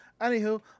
anywho